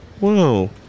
Wow